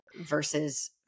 versus